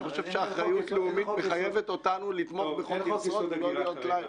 אני חושב שאחריות לאומית מחייבת אותנו לתמוך בחוק יסוד: הגירה.